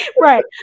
Right